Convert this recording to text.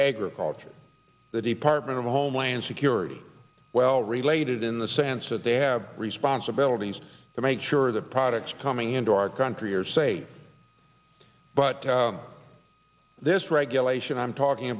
called the department of homeland security well related in the sense that they have responsibilities to make sure that products coming into our country are safe but this regulation i'm talking